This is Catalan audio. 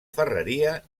ferreria